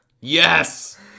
Yes